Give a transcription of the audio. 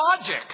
logic